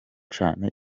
cyane